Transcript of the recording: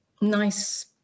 nice